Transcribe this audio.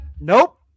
Nope